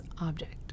object